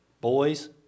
boys